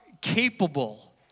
capable